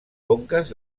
conques